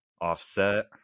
Offset